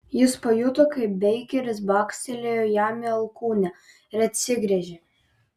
jis pajuto kaip beikeris bakstelėjo jam į alkūnę ir atsigręžė